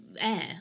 air